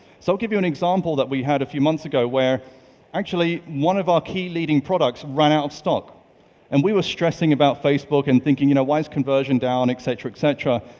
so i'll give you an example that we had a few months ago, where actually, one of our key leading products ran out of stock and we were stressing about facebook and thinking, you know, why's conversion down? etc, etc.